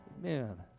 Man